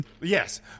Yes